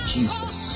Jesus